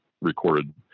recorded